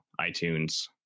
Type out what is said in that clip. iTunes